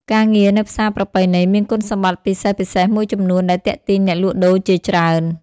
ការងារនៅផ្សារប្រពៃណីមានគុណសម្បត្តិពិសេសៗមួយចំនួនដែលទាក់ទាញអ្នកលក់ដូរជាច្រើន។